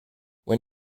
when